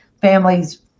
families